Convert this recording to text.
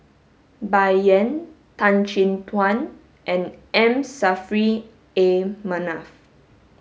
Bai Yan Tan Chin Tuan and M Saffri A Manaf